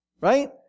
Right